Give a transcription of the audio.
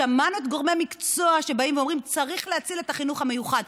שמענו את גורמי המקצוע שבאים ואומרים: צריך להציל את החינוך המיוחד.